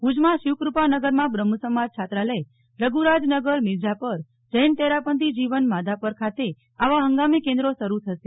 ભુજમાં શિવકૃપા નગરમાં બ્રહ્મસમાજ છાત્રાલય રઘુરાજ નગર મીરઝાપર જૈન તેરાપંથી જીવન માધાપર ખાતે આવા હંગામી કેન્દ્રો શરુ થશે